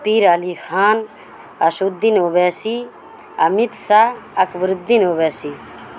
Pir Ali Khan Asaduddin Owaisi Amit Shah Akbaruddin Owaisi